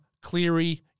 Cleary